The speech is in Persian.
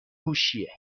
هوشیه